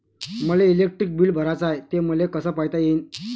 मले electric bill भराचं हाय, ते मले कस पायता येईन?